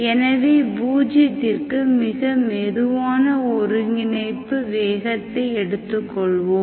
எனவே பூஜ்ஜியத்திற்கு மிக மெதுவான ஒருங்கிணைப்பு வேகத்தை எடுத்துக் கொள்வோம்